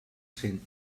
cent